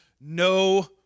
no